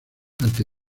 ante